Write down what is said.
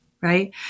right